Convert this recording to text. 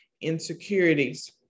insecurities